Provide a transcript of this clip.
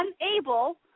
unable